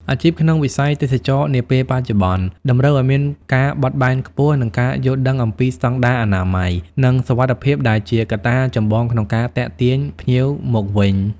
អាជីពក្នុងវិស័យទេសចរណ៍នាពេលបច្ចុប្បន្ន តម្រូវឱ្យមានការបត់បែនខ្ពស់ និងការយល់ដឹងអំពីស្តង់ដារអនាម័យ និងសុវត្ថិភាពដែលជាកត្តាចម្បងក្នុងការទាក់ទាញភ្ញៀវមកវិញ។